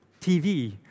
TV